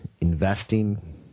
investing